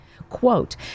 Quote